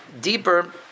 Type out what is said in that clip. deeper